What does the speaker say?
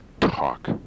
Talk